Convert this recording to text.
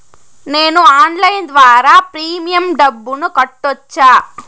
నేను ఆన్లైన్ ద్వారా ప్రీమియం డబ్బును కట్టొచ్చా?